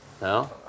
No